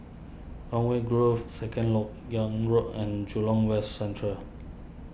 Conway Grove Second Lok Yang Road and Jurong West Central